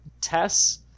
tests